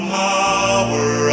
power